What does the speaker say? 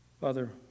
Father